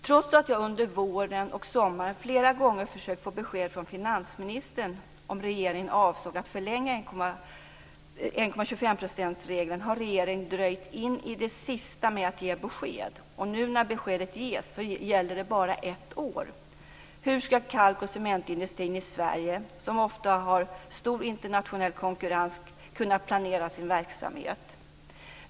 Trots att jag under våren och sommaren flera gånger försökt få besked från finansministern om regeringen avser att förlänga 1,25 %-regeln har regeringen dröjt in i det sista med att ge besked. Nu när beskedet ges gäller det bara ett år. Hur ska kalk och cementindustrin i Sverige, som ofta har stor internationell konkurrens, kunna planera sin verksamhet?